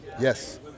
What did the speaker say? Yes